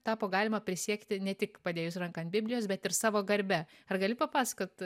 tapo galima prisiekti ne tik padėjus ranką ant biblijos bet ir savo garbe ar gali papasakot